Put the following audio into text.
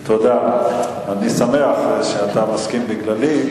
תודה, אני שמח שאתה מסכים בגללי.